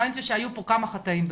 הבנתי שהיו פה כמה חטאים בדרך.